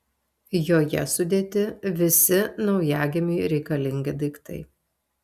joje sudėti visi naujagimiui reikalingi daiktai